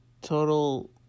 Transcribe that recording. total